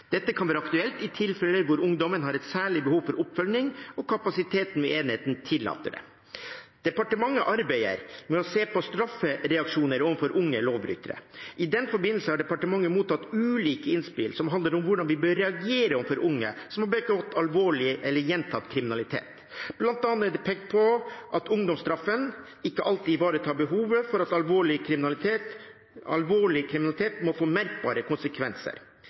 Dette kan være aktuelt i tilfeller der ungdommen har et særlig behov for oppfølging og kapasiteten ved enheten tillater det. Departementet arbeider med å se på straffereaksjoner overfor unge lovbrytere. I den forbindelse har departementet mottatt ulike innspill, som handler om hvordan vi bør reagere overfor unge som har begått alvorlig eller gjentatt kriminalitet, bl.a. er det pekt på at ungdomsstraffen ikke alltid ivaretar behovet for at alvorlig kriminalitet må få merkbare konsekvenser.